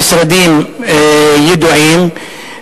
המשרדים ידועים,